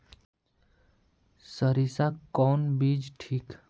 सरीसा कौन बीज ठिक?